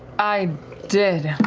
i did.